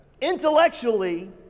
Intellectually